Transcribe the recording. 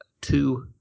two